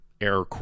Air